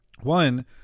One